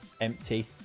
empty